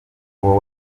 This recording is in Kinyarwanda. uwo